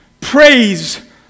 praise